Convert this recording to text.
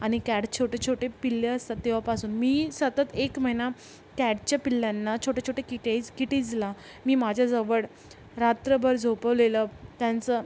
आणि कॅड छोटे छोटे पिल्ले असतात तेव्हापासून मी सतत एक महिना कॅडच्या पिल्लांना छोटे छोटे किटेज किटीजला मी माझ्याजवळ रात्रभर झोपवलेलं त्यांचं